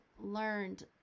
learned